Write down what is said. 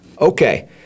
Okay